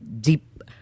deep